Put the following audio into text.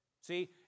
See